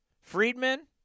Friedman